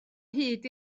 hyd